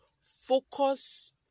focus